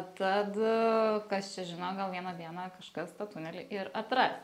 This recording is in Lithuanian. tad kas čia žino gal vieną dieną kažkas tą tunelį ir atras